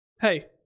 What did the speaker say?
Hey